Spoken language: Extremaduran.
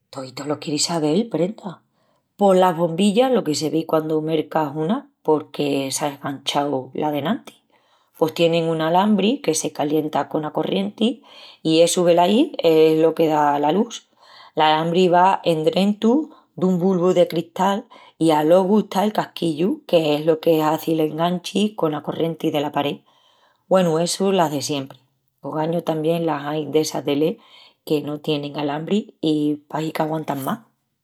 Toítu lo quieris sabel, prenda! Pos las bombillas lo que se vei quandu mercas una porque s'á eschangau la d'enantis. Pos tienin una alambri que se calienta cona corrienti i essu velaí es lo que da la lus. L'alambri va endrentu dun bulbu de cristal i alogu está el casquillu que es lo que hazi l'enganchi cona corrienti dela paré. Gúenu, essu las de siempri, qu'ogañu tamién las ain d'essas de LED que no tienin alambri i pahi qu'aguantan más.